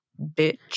bitch